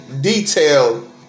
detail